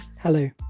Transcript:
Hello